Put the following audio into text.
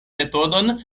metodon